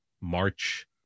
march